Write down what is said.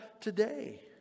today